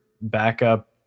backup